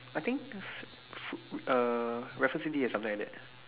I think f~ food uh Raffles-City has something like that